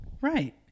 Right